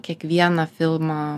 kiekvieną filmą